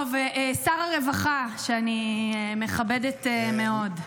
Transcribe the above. טוב, שר הרווחה, שאני מכבדת מאוד,